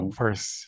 first